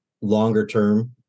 longer-term